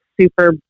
super